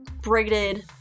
braided